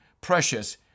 precious